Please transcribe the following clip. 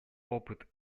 опыт